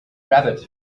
rabbit